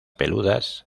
peludas